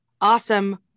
Awesome